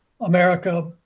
America